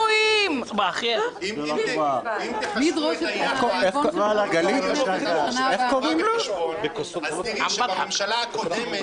אם תעשו את החשבון אז תראו שבממשלה הקודמת,